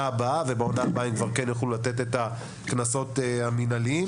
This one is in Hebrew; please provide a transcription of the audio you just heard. הבאה ובעונה הבאה הם כן יוכלו לתת את הקנסות המנהליים.